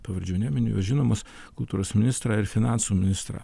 pavardžių neminiu žinomos kultūros ministrą ir finansų ministrą